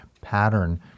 pattern